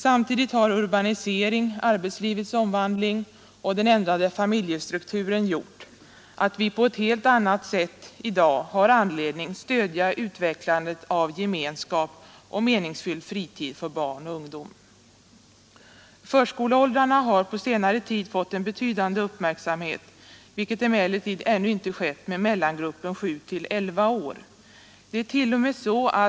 Samtidigt har urbaniseringen, arbetslivets omvandling och den ändrade familjestrukturen gjort att vi i dag på ett helt annat sätt än tidigare har anledning att stödja utvecklandet av gemenskap och meningsfylld fritid för barn och ungdom. Förskoleåldrarna har på senare tid fått en betydande uppmärksamhet, vilket emellertid ännu inte skett med mellangruppen 7—11 år.